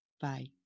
Bye